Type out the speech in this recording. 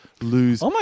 lose